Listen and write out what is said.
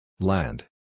Land